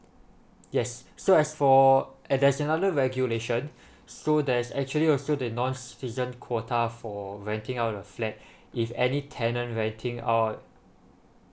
yes so as for and there is another regulation so there's actually also the non season quota for renting out your flat if any tenant renting out